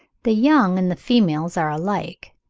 the young and the females are alike,